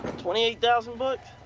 twenty eight thousand bucks?